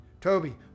Toby